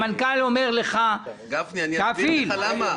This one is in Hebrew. --- גפני, אני אסביר לך למה.